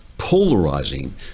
polarizing